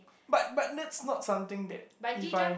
but but this is not something that if I